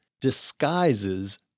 disguises